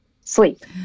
Sleep